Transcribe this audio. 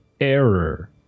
error